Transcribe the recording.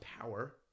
power